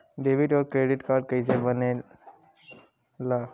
Debit और credit card कईसे बने ने ला?